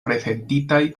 prezentitaj